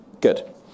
Good